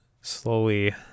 slowly